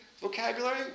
vocabulary